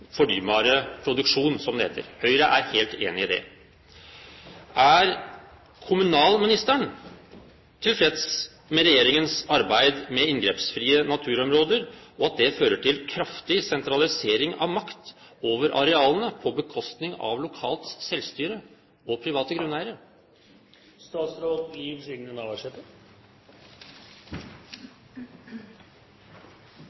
fornybare produksjon, som det heter. Høyre er helt enig i det. Er kommunalministeren tilfreds med regjeringens arbeid med inngrepsfrie naturområder, og at det fører til kraftig sentralisering av makt over arealene på bekostning av lokalt selvstyre og private grunneiere?